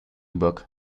book